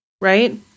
Right